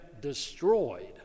destroyed